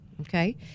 Okay